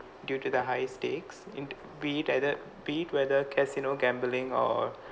due to the high stakes in be it either be it whether casino gambling or